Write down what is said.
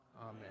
Amen